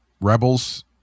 rebels